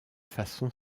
façon